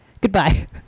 Goodbye